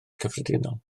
cyffredinol